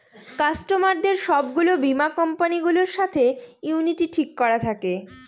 কাস্টমারদের সব গুলো বীমা কোম্পানি গুলোর সাথে ইউনিটি ঠিক করা থাকে